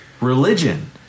religion